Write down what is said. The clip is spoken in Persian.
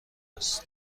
است